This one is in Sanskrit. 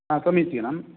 ह समीचीनं